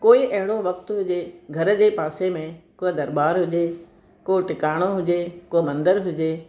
कोई अहिड़ो वक़्तु हुजे घर जे पासे में को दरबारु हुजे को टिकाणो हुजे को मंदरु हुजे